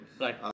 Right